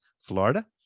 Florida